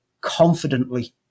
confidently